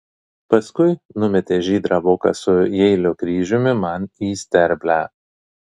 paskui numetė žydrą voką su jeilio kryžiumi man į sterblę